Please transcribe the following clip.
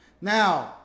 Now